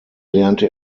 lernte